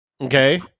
Okay